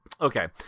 okay